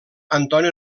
antoni